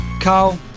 Carl